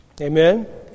Amen